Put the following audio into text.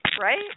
right